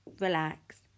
relax